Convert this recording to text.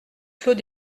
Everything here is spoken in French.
clos